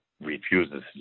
refuses